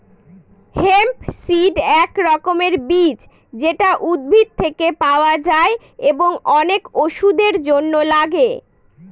hemp seed এক রকমের বীজ যেটা উদ্ভিদ থেকে পাওয়া যায় এবং অনেক ওষুধের জন্য লাগে